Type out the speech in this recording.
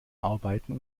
arbeiten